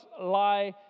lie